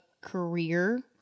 career